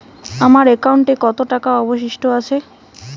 আমার একাউন্টে কত টাকা অবশিষ্ট আছে?